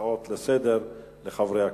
בהצעות לסדר לחברי הכנסת.